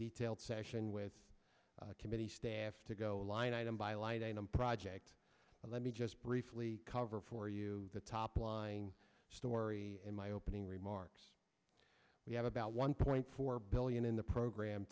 detailed session with a committee staff to go a line item by a light project and let me just briefly cover for you the top line story in my opening remarks we have about one point four billion in the program